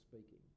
speaking